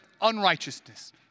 unrighteousness